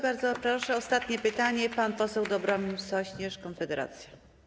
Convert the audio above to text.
Bardzo proszę, ostatnie pytanie, pan poseł Dobromir Sośnierz, Konfederacja.